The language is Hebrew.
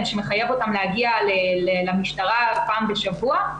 שמחייב אותם להגיע למשטרה פעם בשבוע,